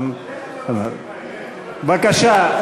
בבקשה.